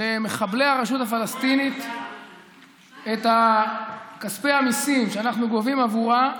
למחבלי הרשות הפלסטינית את כספי המיסים שאנחנו גובים עבורה,